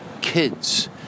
Kids